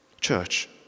Church